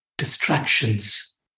distractions